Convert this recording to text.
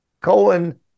Cohen